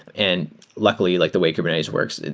and luckily, like the way kubernetes works,